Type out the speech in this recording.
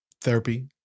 therapy